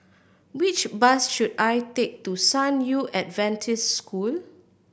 which bus should I take to San Yu Adventist School